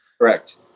correct